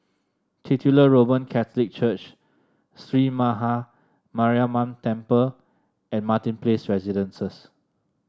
Titular Roman Catholic Church Sree Maha Mariamman Temple and Martin Place Residences